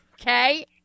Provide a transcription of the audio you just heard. Okay